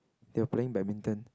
they were playing badminton